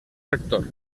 rector